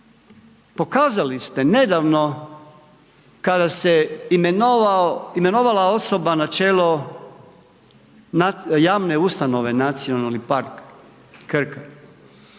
Pokazali ste nedavno, kada se imenovala osoba na čelo javne ustanove, nacionalni park Krka,